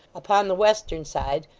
upon the western side,